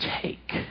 take